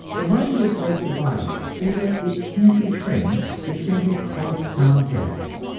the mind is like the body in that it can be trained, it can be taught sound habits,